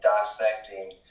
dissecting